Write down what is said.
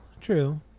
true